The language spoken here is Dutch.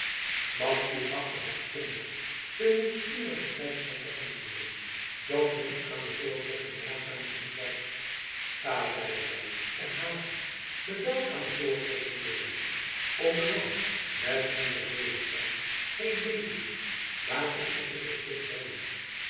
madzy achtte het onnoodig den nieuwsgierigen krijgsman te antwoorden dat men aan de voorposten waakzaam genoeg was ga zeide zij en haast u bevel aan de voorposten te zenden om den man met wien zij bezig zijn geen leed te doen maar onverhinderd hier te brengen